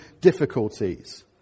difficulties